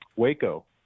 Waco